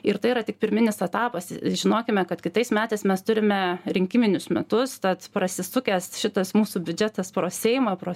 ir tai yra tik pirminis etapas žinokime kad kitais metais mes turime rinkiminius metus tad prasisukęs šitas mūsų biudžetas pro seimą pro